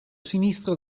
sinistro